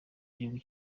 igihugu